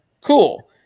cool